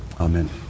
Amen